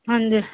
ਹਾਂਜੀ